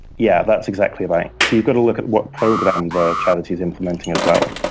yeah, that's exactly right. so you've got to look at what program the charity's implementing as well.